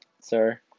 Sir